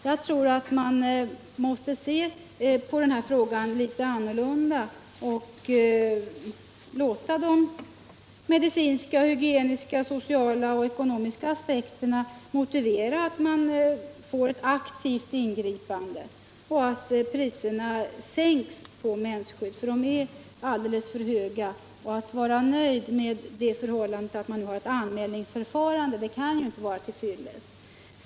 Jag tror att man måste se på den här frågan på ett annat sätt än utskottet gör och låta de medicinska, hygieniska, sociala och ekonomiska aspekterna motivera ett aktivt ingripande så att priserna sänks på mensskydd. Priserna är alldeles för höga, och att det nu finns ett anmälningsförfarande kan ju inte vara till fyllest.